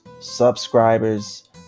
subscribers